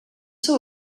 sou